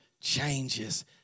changes